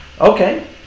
Okay